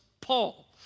Paul